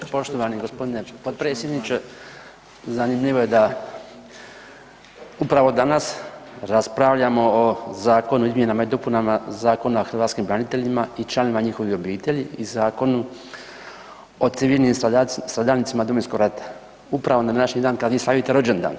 Poštovani gospodine potpredsjedniče zanimljivo je da upravo danas raspravljamo o Zakonu o izmjenama i dopuna Zakon o hrvatskim braniteljima i članovima njihovih obitelji i Zakonu o civilnim stradalnicima Domovinskog rata, upravo na današnji dan kad vi slavite rođendan.